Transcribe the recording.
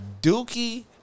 dookie